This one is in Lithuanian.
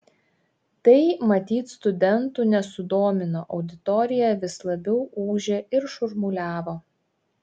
tai matyt studentų nesudomino auditorija vis labiau ūžė ir šurmuliavo